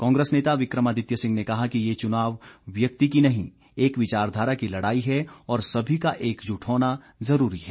कांग्रेस नेता विक्रमादित्य सिंह ने कहा कि ये चुनाव व्यक्ति की नहीं एक विचारधारा की लड़ाई है और सभी का एकजुट होना जरूरी है